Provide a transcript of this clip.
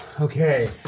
Okay